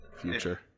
future